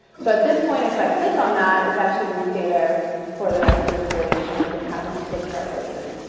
so at this point, if i click on that, it's actually going to stay there for the rest of the duration of having the flip chart open.